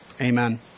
Amen